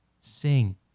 sing